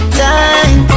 time